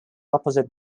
opposite